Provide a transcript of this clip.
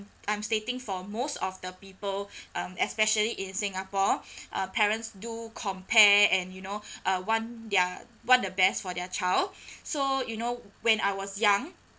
I'm stating for most of the people um especially in singapore uh parents do compare and you know uh want their want the best for their child so you know when I was young